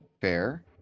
Fair